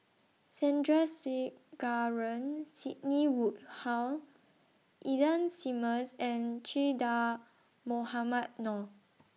Sandrasegaran Sidney Woodhull Ida Simmons and Che Dah Mohamed Noor